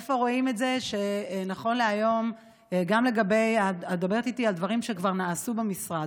איפה רואים את זה שנכון להיום את מדברת איתי על דברים שכבר נעשו במשרד.